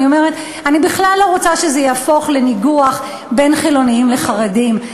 אני אומרת: אני בכלל לא רוצה שזה יהפוך לניגוח בין חילונים לחרדים.